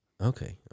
Okay